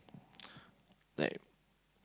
like